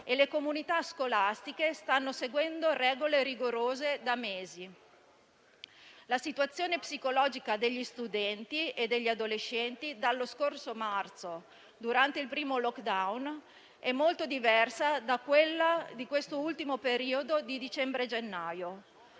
e le comunità scolastiche stanno seguendo regole rigorose da mesi. La situazione psicologica degli studenti e degli adolescenti dallo scorso marzo, durante il primo *lockdown,* è molto diversa da quella di questo ultimo periodo di dicembre e gennaio.